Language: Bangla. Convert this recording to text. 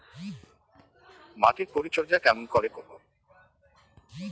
মাটির পরিচর্যা কেমন করে করব?